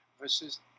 versus